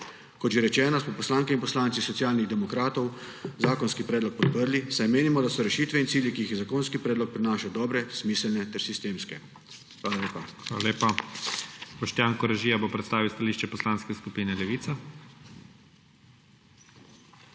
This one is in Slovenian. Kot že rečeno, smo poslanke in poslanci Socialnih demokratov zakonski predlog podprli, saj menimo, da so rešitve in cilji, ki jih zakonski predlog prinaša, dobre, smiselne ter sistemske. Hvala lepa. **PREDSEDNIK IGOR ZORČIČ:** Hvala lepa. Boštjan Koražija bo predstavil stališče Poslanske skupine Levica.